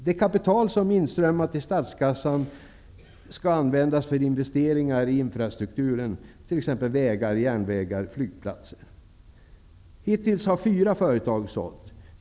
Det kapital som inströmmar till statskassan skall användas för investeringar i infrastrukturen -- vägar, järnvägar, flygplatser, telekommunikationer osv. Hittills har fyra företag sålts.